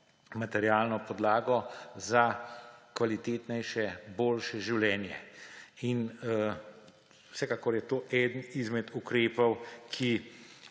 materialno podlago za kvalitetnejše, boljše življenje. In vsekakor je to eden izmed ukrepov, ki